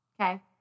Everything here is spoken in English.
okay